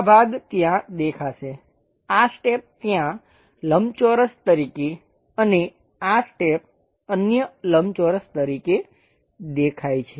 આ ભાગ ત્યાં દેખાશે આ સ્ટેપ ત્યાં લંબચોરસ તરીકે અને આ સ્ટેપ અન્ય લંબચોરસ તરીકે દેખાય છે